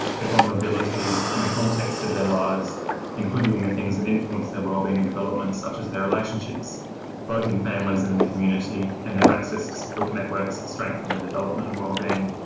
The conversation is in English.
their vulnerabilities and the context of their lives including the things that influence their wellbeing and development, such as their relationships both in families and in the community, and their access to support networks that strengthen their development and wellbeing.